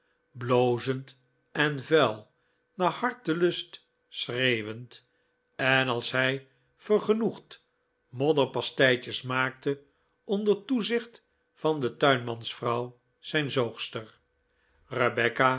blozend en vuil naar hartelust schreeuwend en als hij vergenoegd modderpasteitjes maakte onder toezicht van de tuinmansvrouw zijn zoogster rebecca